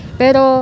pero